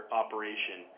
operation